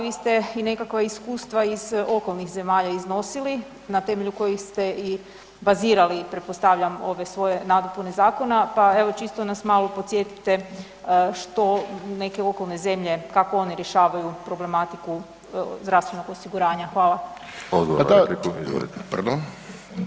Vi ste i nekakva iskustva iz okolnih zemalja iznosili na temelju kojih ste i bazirali pretpostavljam ove svoje nadopune zakona, pa evo čisto nas malo podsjetite što neke okolne zemlje, kako one rješavaju problematiku zdravstvenog osiguranja.